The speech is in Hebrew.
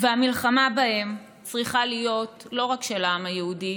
המלחמה בהם צריכה להיות לא רק של העם היהודי